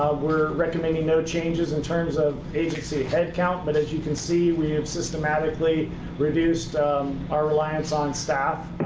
we're recommending no changes in terms of agency headcount. but as you can see, we have systematically reduced our reliance on staff,